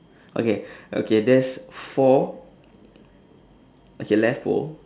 okay okay there's four okay left pole